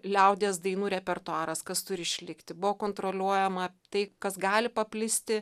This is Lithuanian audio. liaudies dainų repertuaras kas turi išlikti buvo kontroliuojama tai kas gali paplisti